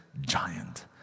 giant